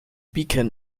beacon